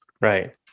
Right